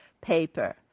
paper